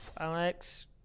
Alex